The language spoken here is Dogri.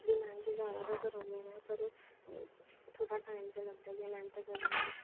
ओह् बी मेह्नत जैदा गै करा दियां न पर थोह्ड़ा टाइम ते लगदा गै ऐ मेह्नत करने गी